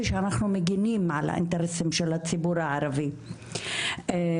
ושאנחנו מגנים על האינטרסים של הציבור הערבי במדינה,